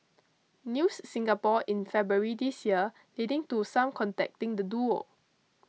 News Singapore in February this year leading to some contacting the duo